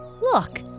look